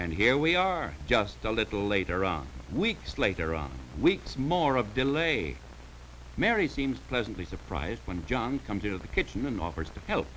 and here we are just a little later on weeks later on weeks more of delay mary seems pleasantly surprised when john comes into the kitchen and offers to help